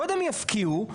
קודם יפקיעו,